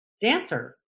dancer